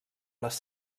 les